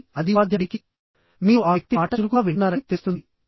కాబట్టి అది ఉపాధ్యాయుడికి మీరు ఆ వ్యక్తి మాట చురుకుగా వింటున్నారని తెలుస్తుంది